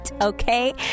okay